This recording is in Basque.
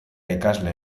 ikasle